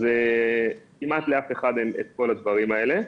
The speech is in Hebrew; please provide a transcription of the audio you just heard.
אז כמעט לאף אחד אין את כל הדברים האלה.